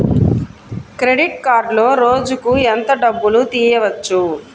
Credit కార్డులో రోజుకు ఎంత డబ్బులు తీయవచ్చు?